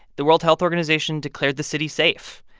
the world health organization declared the city safe.